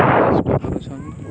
କଷ୍ଟ କରୁଛନ୍